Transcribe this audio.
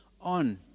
on